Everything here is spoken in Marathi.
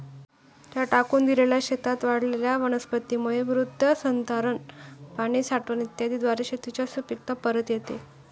त्या टाकून दिलेल्या शेतात वाढलेल्या वनस्पतींमुळे मृदसंधारण, पाणी साठवण इत्यादीद्वारे शेताची सुपीकता परत येते